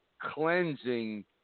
cleansing